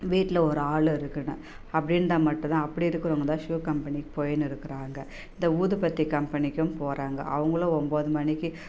வீட்டில் ஒரு ஆள் இருக்கணும் அப்படி இருந்தா மட்டும் தான் அப்படி இருக்கிறவங்க தான் ஷூ கம்பெனிக்கு போய்ன்னுருக்குறாங்க இந்த ஊதுபத்தி கம்பெனிக்கும் போகிறாங்க அவங்களும் ஒம்போது மணிக்கு